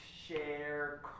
share